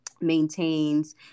maintains